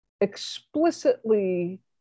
explicitly